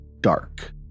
dark